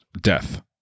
death